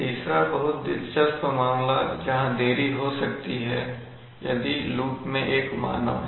तीसरा बहुत दिलचस्प मामला जहां देरी हो सकती है यदि लूप में एक मानव है